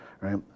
right